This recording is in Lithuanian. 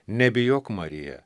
nebijok marija